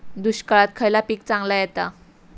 दुष्काळात खयला पीक चांगला येता?